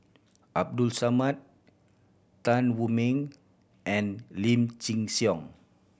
Abdul Samad Tan Wu Meng and Lim Chin Siong